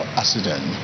accident